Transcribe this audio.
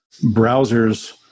browsers